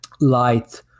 light